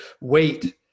wait